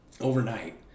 overnight